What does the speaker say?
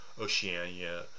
Oceania